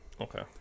Okay